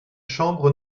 chambre